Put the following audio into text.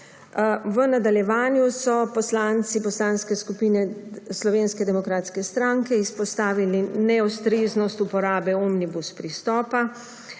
V nadaljevanju so poslanci Poslanske skupine Slovenske demokratske stranke izpostavili neustreznost uporabe omnibus pristopa.